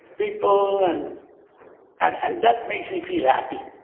people and and and that makes me feel happy.